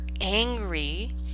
angry